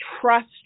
trust